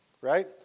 right